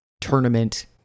tournament